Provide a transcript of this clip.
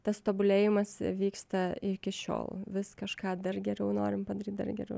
tas tobulėjimas vyksta iki šiol vis kažką dar geriau norim padaryt dar geriau